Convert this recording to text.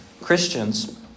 Christians